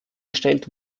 gestellt